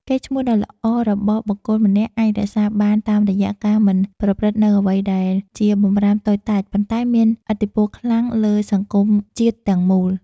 កេរ្តិ៍ឈ្មោះដ៏ល្អរបស់បុគ្គលម្នាក់អាចរក្សាបានតាមរយៈការមិនប្រព្រឹត្តនូវអ្វីដែលជាបម្រាមតូចតាចប៉ុន្តែមានឥទ្ធិពលខ្លាំងលើសង្គមជាតិទាំងមូល។